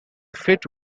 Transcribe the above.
fit